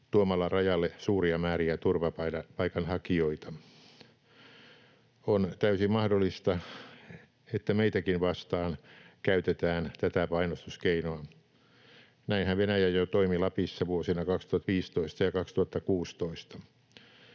tuomalla rajalle suuria määriä turvapaikanhakijoita. On täysin mahdollista, että meitäkin vastaan käytetään tätä painostuskeinoa. Näinhän Venäjä jo toimi Lapissa vuosina 2015 ja 2016.